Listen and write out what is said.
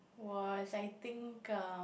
was I think uh